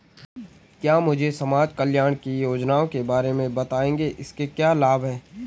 क्या मुझे समाज कल्याण की योजनाओं के बारे में बताएँगे इसके क्या लाभ हैं?